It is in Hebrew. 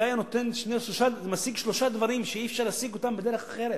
זה היה משיג שלושה דברים שאי-אפשר להשיג אותם בדרך אחרת.